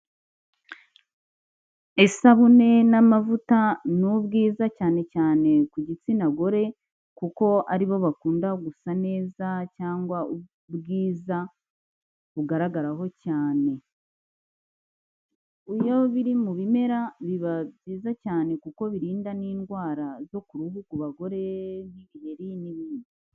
Isabune n'amavuta ni ubwiza cyane cyane ku gitsina gore kuko ari bo bakunda gusa neza cyangwa ubwiza bugaragaraho cyane, iyo biri mu bimera biba byiza cyane kuko birinda n'indwara zo ku ruhu ku bagore nk'ibiheri n'ibindi.